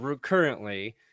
currently